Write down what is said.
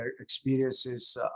experiences